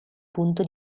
punto